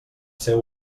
seu